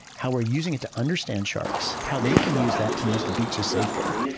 how we're using it to understand sharks, how they can use that to use the beaches safer.